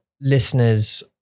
listeners